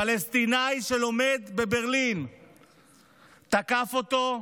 פלסטיני שלומד בברלין תקף אותו,